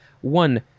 one